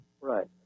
Right